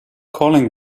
calling